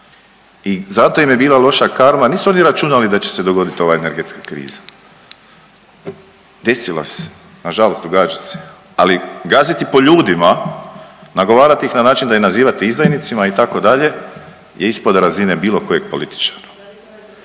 i zato im je bila loša karma. Nisu oni računali da će se dogodit ova energetska kriza. Desila se nažalost, događa se, ali gaziti po ljudima, nagovarat ih na način da ih nazivate izdajnicima itd. je ispod razine bilo kojeg političara.